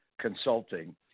consulting